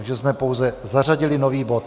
Takže jsme pouze zařadili nový bod.